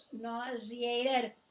nauseated